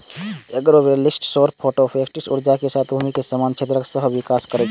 agrovoltaics सौर photovoltaic ऊर्जा के साथ भूमि के समान क्षेत्रक सहविकास करै छै